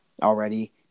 Already